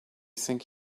think